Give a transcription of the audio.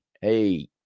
hey